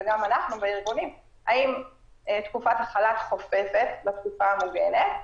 וגם אנחנו בארגונים: האם תקופת החל"ת חופפת לתקופה המוגנת?